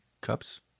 cups